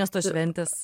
miesto šventės